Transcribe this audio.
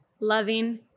loving